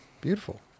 Beautiful